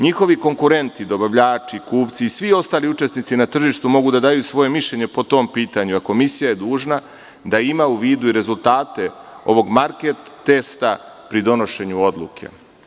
Njihovi konkurenti, dobavljači, kupci i svi ostali učesnici na tržištu mogu da daju svoje mišljenje po tom pitanju, a komisija je dužna da ima u vidu i rezultate ovog market testa, pri donošenju odluke.